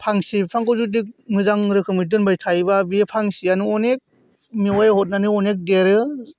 फांसे बिफांखौ जुदि मोजां रोखोमै दोनबाय थायोब्ला बे फांसेयानो अनेख मेवाइ हरनानै अनेख देरो